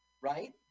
Right